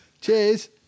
Cheers